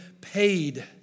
paid